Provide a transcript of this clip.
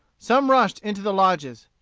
some rushed into the lodges.